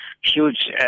huge